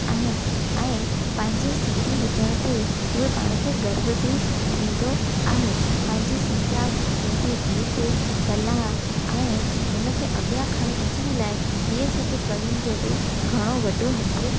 आहिनि ऐं पंहिंजे सिंधी हुजण ते उहे पाण खे गर्व बि थींदो आहे पंहिंजी सिंधा सिंधी गीत कला ऐं हुनखे अॻियां खणी अचण लाइ इहे सभु कवियुनि जो बि घणो वॾो हथु